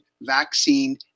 vaccine